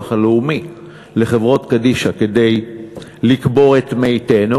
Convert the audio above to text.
הלאומי לחברות קדישא כדי לקבור את מתינו.